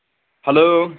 hello